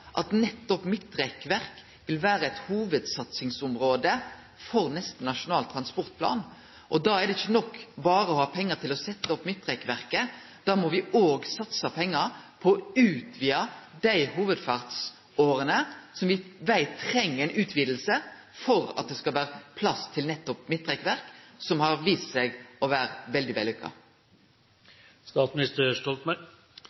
at nettopp midtrekkverk vil vere eit hovudsatsingsområde for neste Nasjonal transportplan? Da er det ikkje nok berre å ha pengar til å setje opp midtrekkverket, da må me òg satse pengar på å utvide dei hovudferdselsårene som me veit treng utviding for at det skal vere plass til nettopp midtrekkverk, som har vist seg å vere veldig